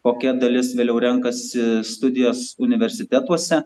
kokia dalis vėliau renkasi studijas universitetuose